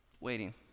waiting